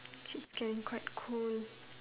think it's getting quite cold